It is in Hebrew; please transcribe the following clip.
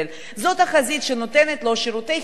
זו החזית שנותנת לו שירותי חינוך,